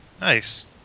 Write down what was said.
Nice